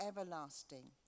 everlasting